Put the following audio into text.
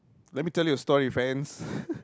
let me tell you a story friends